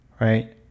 Right